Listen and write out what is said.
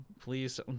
Please